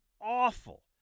awful